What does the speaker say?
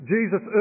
Jesus